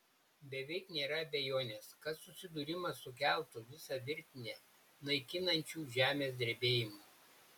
beveik nėra abejonės kad susidūrimas sukeltų visą virtinę naikinančių žemės drebėjimų